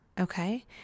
okay